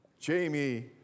Jamie